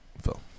Phil